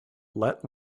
let